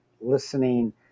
listening